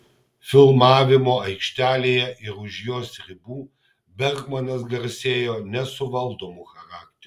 filmavimo aikštelėje ir už jos ribų bergmanas garsėjo nesuvaldomu charakteriu